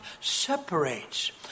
separates